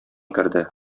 керде